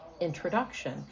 introduction